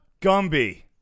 gumby